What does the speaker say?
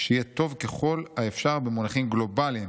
שיהיה טוב ככל האפשר במונחים גלובליים,